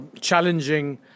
challenging